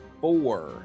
four